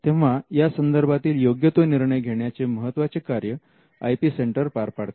तेव्हा यासंदर्भातील योग्य तो निर्णय घेण्याचे महत्वाचे कार्य आय पी सेंटर पार पाडते